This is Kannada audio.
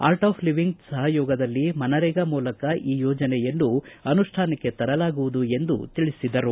ಆರ್ಟ್ ಆಫ್ ಲಿವಿಂಗ್ ಸಹಯೋಗದಲ್ಲಿ ಮನರೆಗಾ ಮೂಲಕ ಈ ಯೋಜನೆಯನ್ನು ಅನುಷ್ಟಾನಕ್ಕೆ ತರಲಾಗುವುದು ಎಂದು ತಿಳಿಸಿದರು